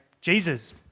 Jesus